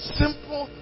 simple